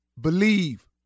Believe